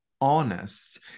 Honest